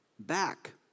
back